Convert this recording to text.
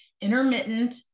intermittent